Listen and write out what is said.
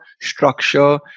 structure